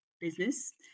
business